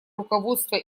руководство